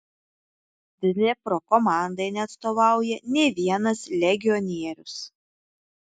dnipro komandai neatstovauja nė vienas legionierius